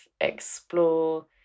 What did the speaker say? explore